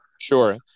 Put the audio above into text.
Sure